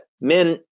men